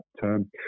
term